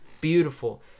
Beautiful